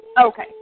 Okay